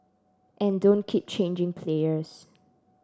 and don't keep changing players